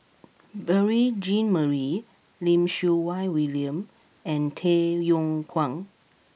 Beurel Jean Marie Lim Siew Wai William and Tay Yong Kwang